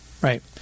Right